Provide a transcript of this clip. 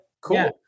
cool